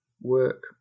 work